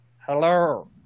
Hello